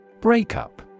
Breakup